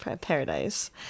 paradise